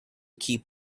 keep